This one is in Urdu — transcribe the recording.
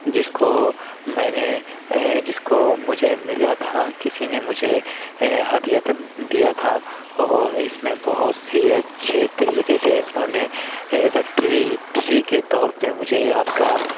جس کو میں نے جس کو مجھے ملا تھا کسی نے مجھے ہدیۃً دیا تھا اور اس میں بہت سی اچھے طریقے سے انھوں نے ایز اَ ٹری ٹری کے طور پہ مجھے یادگار